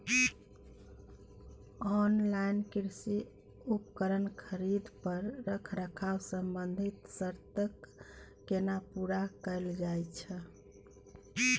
Online कृषि उपकरण खरीद पर रखरखाव संबंधी सर्त केना पूरा कैल जायत छै?